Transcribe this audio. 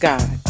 God